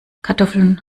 kartoffeln